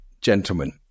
gentlemen